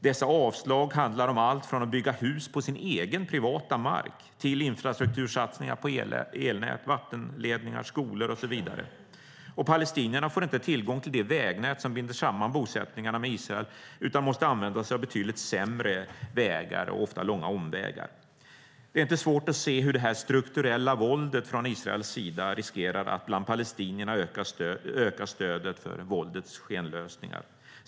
Dessa avslag handlar om allt från att bygga hus på sin egen privata mark till infrastruktursatsningar på elnät, vattenledningar, skolor och så vidare. Palestinierna får inte tillgång till det vägnät som binder samman bosättningarna med Israel, utan måste använda sig av betydligt sämre vägar och ofta långa omvägar. Det är inte svårt att se hur det här strukturella våldet från Israels sida riskerar att bland palestinierna öka stödet för våldets skenlösningar.